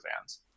fans